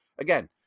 Again